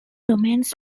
domains